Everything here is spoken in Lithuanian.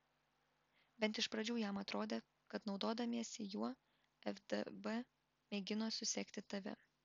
bent iš pradžių jam atrodė kad naudodamiesi juo ftb mėgino susekti tave